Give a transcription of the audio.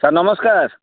sir ନମସ୍କାର